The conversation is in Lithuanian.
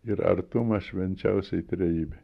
ir artumą švenčiausiajai trejybei